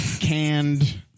canned